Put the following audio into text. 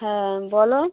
হ্যাঁ বলো